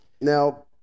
Now